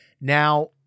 Now